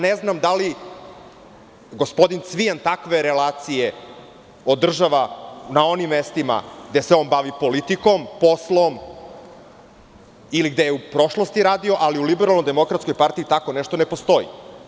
Ne znam da li gospodin Cvijan takve relacije održava na onim mestima gde se on bavi politikom, poslom ili gde je u prošlosti radio, ali u LDP tako nešto ne postoji.